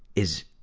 is,